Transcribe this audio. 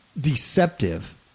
deceptive